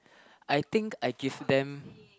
I think I give them